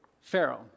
Pharaoh